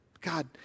God